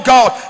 God